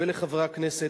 ולחברי הכנסת,